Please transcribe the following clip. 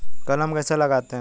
कलम कैसे लगाते हैं?